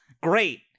Great